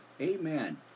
Amen